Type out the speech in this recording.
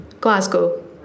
Glasgow